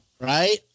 Right